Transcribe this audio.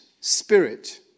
spirit